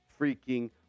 freaking